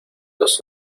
los